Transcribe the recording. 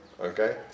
okay